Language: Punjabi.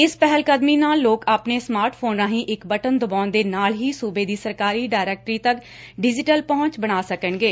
ਇਸ ਪਹਿਲ ਕਦਮੀ ਨਾਲ ਲੋਕ ਆਪਣੇ ਸਮਾਰਟ ਫੋਨ ਰਾਹੀ ਇਕ ਬਟਨ ਦਬਾਉਣ ਦੇ ਨਾਲ ਹੀ ਸੂਬੇ ਦੀ ਸਰਕਾਰੀ ਡਾਇਰੈਕਟਰੀ ਤੱਕ ਡਿਜੀਟਲ ਪਹੁੰਚ ਬਣਾ ਸਕਣਗੇ